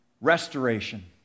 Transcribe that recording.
Restoration